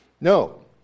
No